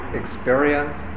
experience